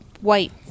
white